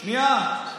שנייה.